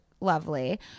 lovely